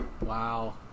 Wow